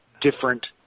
different